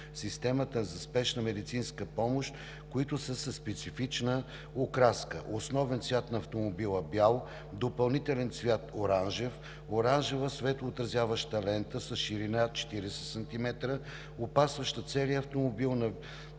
системата за спешна медицинска помощ, които са със специфична окраска: основен цвят на автомобила – бял; допълнителен цвят – оранжев; оранжева светлоотразяваща лента с ширина 40 см, опасваща целия автомобил на